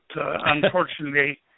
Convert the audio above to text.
unfortunately